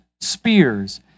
spears